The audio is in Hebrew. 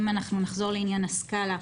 אם נחזור לעניין הסקלה,